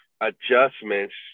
adjustments